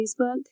Facebook